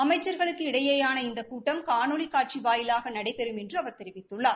அமைச்சர்களுக்கு இடையேயான இந்த கூட்டம் காணொலி காட்சி வாயிலாக நடைபெறும் என்று அவர் தெரிவித்துள்ளார்